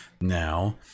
now